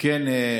כן.